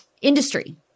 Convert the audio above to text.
industry